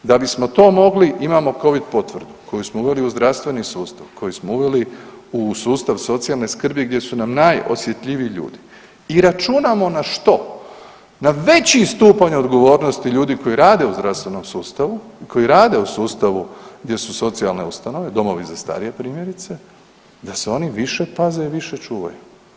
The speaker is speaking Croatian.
Da bismo to mogli imamo covid potvrdu koju smo uveli u zdravstveni sustav, koju smo uveli u sustav socijalne skrbi gdje su nam najosjetljiviji ljudi i računamo na što, na veći stupanj odgovornosti ljudi koji rade u zdravstvenom sustavu, koji rade u sustavu gdje su socijalne ustanove, domovi za starije primjerice da se oni više paze i više čuvaju.